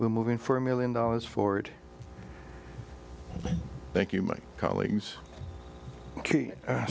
we're moving for a million dollars forward thank you my colleagues